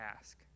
ask